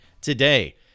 today